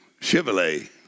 Chevrolet